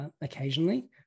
occasionally